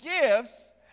gifts